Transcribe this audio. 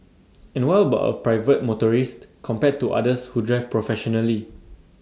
and what about private motorist compared to others who drive professionally